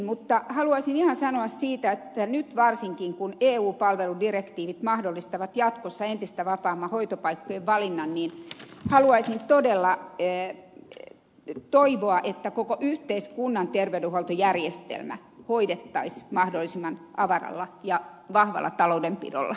mutta haluaisin ihan sanoa siitä että nyt varsinkin kun eu palveludirektiivit mahdollistavat jatkossa entistä vapaamman hoitopaikkojen valinnan haluaisin todella toivoa että koko yhteiskunnan terveydenhuoltojärjestelmä hoidettaisiin mahdollisimman avaralla ja vahvalla taloudenpidolla